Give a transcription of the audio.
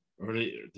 early